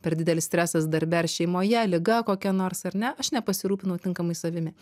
per didelis stresas darbe ar šeimoje liga kokia nors ar ne aš nepasirūpinau tinkamai savimi